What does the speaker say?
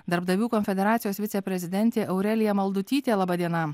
darbdavių konfederacijos viceprezidentė aurelija maldutytė laba diena